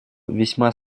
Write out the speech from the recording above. весьма